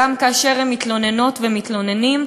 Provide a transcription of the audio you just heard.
גם כאשר הם מתלוננות ומתלוננים,